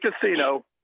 Casino